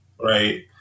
right